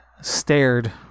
stared